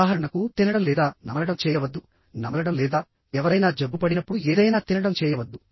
ఉదాహరణకుతినడం లేదా నమలడం చేయవద్దునమలడం లేదా ఎవరైనా జబ్బుపడినప్పుడు ఏదైనా తినడం చేయవద్దు